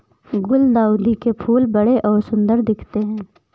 गुलदाउदी के फूल बड़े और सुंदर दिखते है